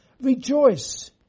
rejoice